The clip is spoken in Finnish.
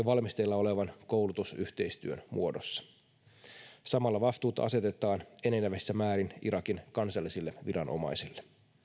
valmisteilla olevan koulutusyhteistyön muodossa samalla vastuuta asetetaan enenevässä määrin irakin kansallisille viranomaisille